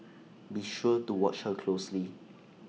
be sure to watch her closely